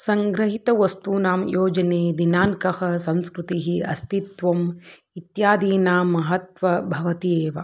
सङ्ग्रहितवस्तूनां योजने दिनाङ्कः संस्कृतिः अस्तित्वम् इत्यादीनां महत्वं भवति एव